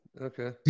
Okay